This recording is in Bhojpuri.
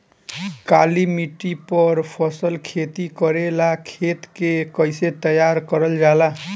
काली मिट्टी पर फसल खेती करेला खेत के कइसे तैयार करल जाला?